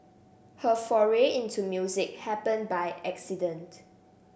her foray into music happened by accident